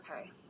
okay